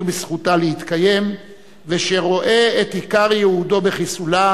בזכותה להתקיים ושרואה את עיקר ייעודו בחיסולה,